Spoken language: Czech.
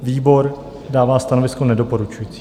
Výbor dává stanovisko nedoporučující.